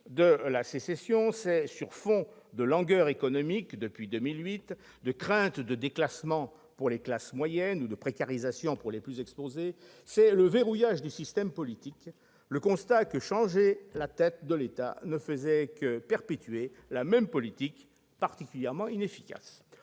sécession, sur fond de langueur économique depuis 2008, de crainte de déclassement pour les classes moyennes, ou de précarisation pour les plus exposés, c'est le verrouillage du système politique, le constat que changer la tête de l'État ne revenait qu'à perpétuer la même politique particulièrement efficace.